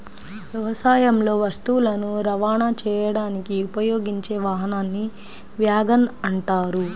వ్యవసాయంలో వస్తువులను రవాణా చేయడానికి ఉపయోగించే వాహనాన్ని వ్యాగన్ అంటారు